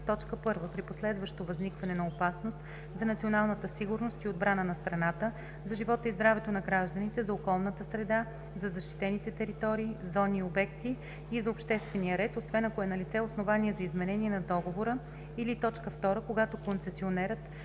1. при последващо възникване на опасност за националната сигурност и отбраната на страната, за живота и здравето на гражданите, за околната среда, за защитените територии, зони и обекти и за обществения ред, освен ако е налице основание за изменение на договора, или 2. когато концесионерът